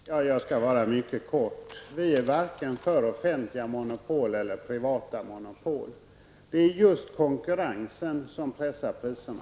Herr talman! Jag skall fatta mig mycket kort. Vi är varken för offentliga monopol eller privata monopol. Det är just konkurrensen som pressar priserna.